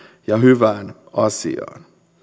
ja hyvään asiaan